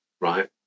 right